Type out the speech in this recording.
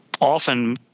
often